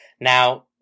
Now